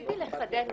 רציתי לחדד משהו.